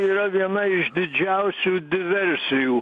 yra viena iš didžiausių diversijų